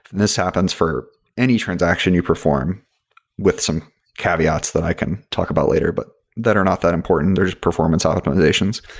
this happens for any transaction you perform with some caveats that i can talk about later, but that are not that important. they're just performance automizations.